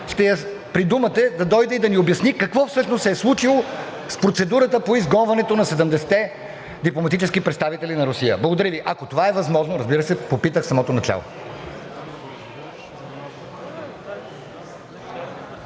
ще я придумате да дойде и да ни обясни какво всъщност се е случило с процедурата по изгонването на 70-те дипломатически представители на Русия, ако, разбира се, това е възможно, както попитах в самото начало.